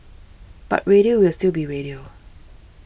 but radio will still be radio